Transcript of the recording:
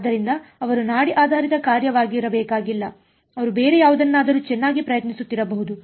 ಆದ್ದರಿಂದ ಅವರು ನಾಡಿ ಆಧಾರಿತ ಕಾರ್ಯವಾಗಿರಬೇಕಾಗಿಲ್ಲ ಅವರು ಬೇರೆ ಯಾವುದನ್ನಾದರೂ ಚೆನ್ನಾಗಿ ಪ್ರಯತ್ನಿಸುತ್ತಿರಬಹುದು